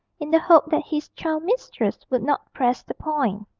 in the hope that his child-mistress would not press the point.